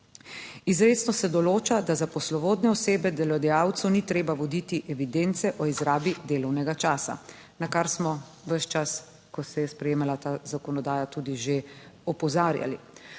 Izrecno se določa, da za poslovodne osebe delodajalcu ni treba voditi evidence o izrabi delovnega časa, na kar smo ves čas, ko se je sprejemala ta zakonodaja, tudi že opozarjali.